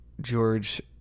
George